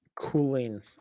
cooling